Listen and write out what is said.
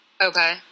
Okay